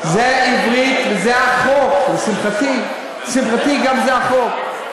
זה עברית, וזה החוק, לשמחתי, זה החוק.